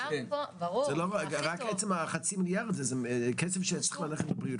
רק עצם החצי מיליארד זה כסף שצריך ללכת לבריאות,